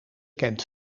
kent